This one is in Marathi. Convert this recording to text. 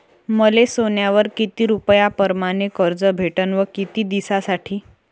मले सोन्यावर किती रुपया परमाने कर्ज भेटन व किती दिसासाठी?